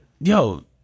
yo